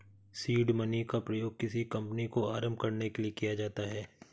seed money का प्रयोग किसी कंपनी को आरंभ करने के लिए किया जाता है